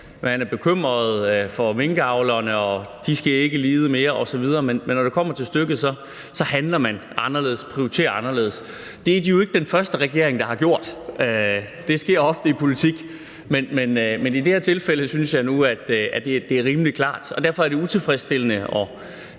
man er bekymret for minkavlerne, og at de ikke skal lide mere osv., men når det kommer til stykket, handler man anderledes og prioriterer anderledes. Det er de jo ikke den første regering der har gjort – det sker ofte i politik – men i det her tilfælde synes jeg nu, at det er rimelig klart, og derfor er det utilfredsstillende,